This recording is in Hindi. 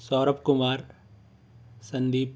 सौरव कुमार संदीप